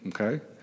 Okay